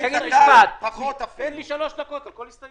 מי בעד ההסתייגות?